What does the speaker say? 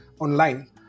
online